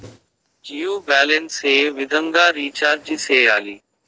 Jio balance ఏ విధంగా recharge సేయాలి?